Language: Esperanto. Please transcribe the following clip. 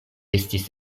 estis